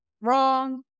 wrong